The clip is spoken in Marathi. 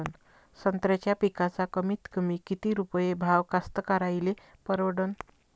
संत्र्याचा पिकाचा कमीतकमी किती रुपये भाव कास्तकाराइले परवडन?